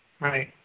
Right